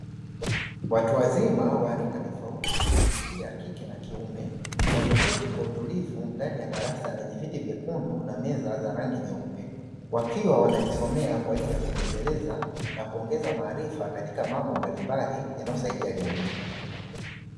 Watu wazima wa rika tofauti na wa jinsia ya kike na kiume ,wameketi kwa utulivu ndani ya darasa lenye viti vyekundu na meza za rangi nyeupe, wakiwa wanajisomea kwaajili ya kujiendeleza na kuongeza maarifa katika mambo mbalimbali yanayosaidia jamii.